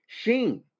Sheen